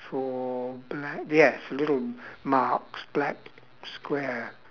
four black yes little marks black square